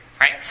Right